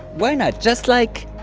why not? just, like,